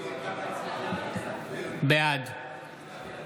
בעד אלמוג